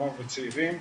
נוער וצעירים.